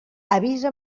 avisa